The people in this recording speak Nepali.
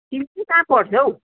तिमी चाहिँ कहाँ पढ्थ्यौ